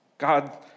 God